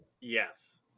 Yes